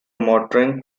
motoring